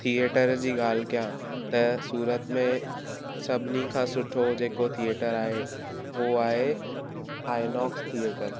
theatre जी ॻाल्हि कयां त सूरत में सभिनी खां सुठो जेको थिएटर आहे उहो आहे आईनोक्स थिएटर